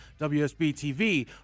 WSB-TV